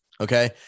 Okay